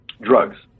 drugs